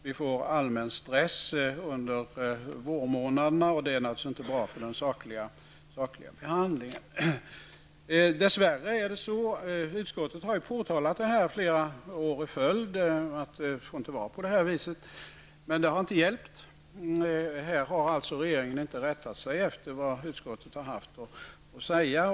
Det blir en allmän stress under vårmånaderna, och det är naturligtvis inte bra för den sakliga behandlingen. Utskottet har har under flera år i följd påtalat att de inte får gå till så här, men det har dess värre inte hjälpt. Regeringen har inte rättat sig efter vad utskottet har haft att anföra.